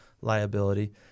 liability